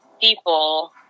people